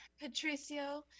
Patricio